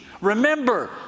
Remember